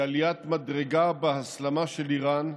היא עליית מדרגה בהסלמה של איראן,